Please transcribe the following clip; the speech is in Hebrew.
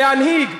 להנהיג,